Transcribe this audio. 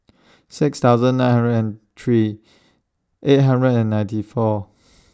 six thousand nine hundred and three eight hundred and ninety four